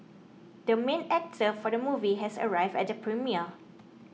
the main actor for the movie has arrived at the premiere